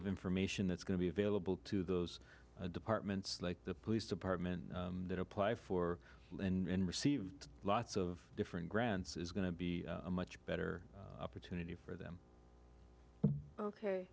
of information that's going to be available to those departments like the police department that apply for and received lots of different grants is going to be a much better opportunity for them ok